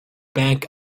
bank